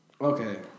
Okay